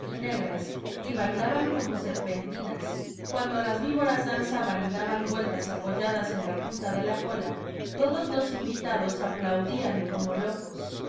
y negras y bailaban como serpentinas cuando las víboras danzaban y daban vueltas apoyadas en la punta de la cola todos los invitados aplaudían como locos